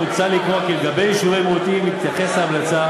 מוצע לקבוע כי ביישובי מיעוטים תתייחס המלצה